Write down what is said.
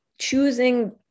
choosing